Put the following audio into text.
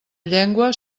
llengua